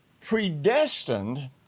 predestined